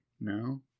no